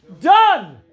done